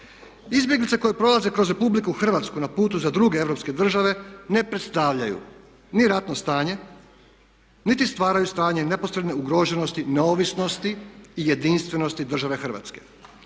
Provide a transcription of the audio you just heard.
Izbjeglice koje prolaze kroz RH na putu za druge europske države ne predstavljaju ni ratno stanje, niti stvaraju stanje neposredne ugroženosti neovisnosti i jedinstvenosti države Hrvatske